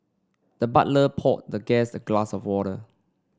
the butler poured the guest glass of water